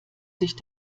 sich